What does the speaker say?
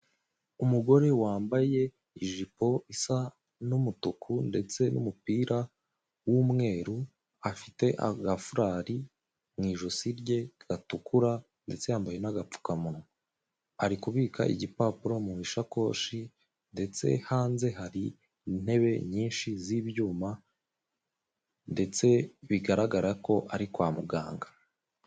Umugore wambaye ijipo isa n'umutuku ndetse n'umupira w'umweru, afite agafurari mu ijosi rye gatukura, ndetse yambaye n'agapfukamunwa. Ari kubika igipapuro mu ishakoshi, ndetse hanze hari intebe nyinshi z'ibyuma, ndetse bigaragara ko ari kwa muganga.